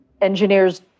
engineers